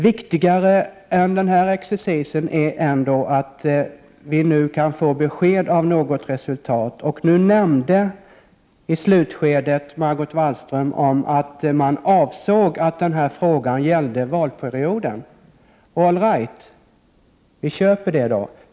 Viktigare än denna exercis är ändå om vi i dag kan få besked. Margot Wallström nämnde nu i slutskedet av debatten att löftet gällde valperioden. Allright— vi köper det!